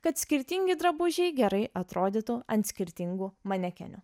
kad skirtingi drabužiai gerai atrodytų ant skirtingų manekenių